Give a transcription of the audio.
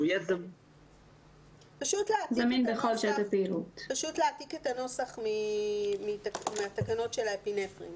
פשוט להעתיק את הנוסח מתקנות האפינפרין.